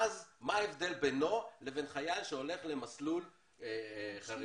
מה ההבדל בינו לבין חייל שהולך למסלול חרדי?